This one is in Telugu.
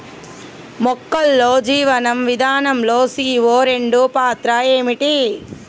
మొక్కల్లో జీవనం విధానం లో సీ.ఓ రెండు పాత్ర ఏంటి?